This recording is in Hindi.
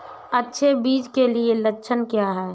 अच्छे बीज के लक्षण क्या हैं?